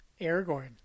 aragorn